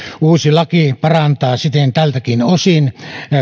uusi laki parantaa siten tältäkin osin